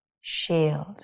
shield